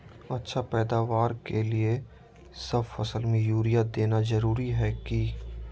अच्छा पैदावार के लिए सब फसल में यूरिया देना जरुरी है की?